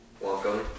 Welcome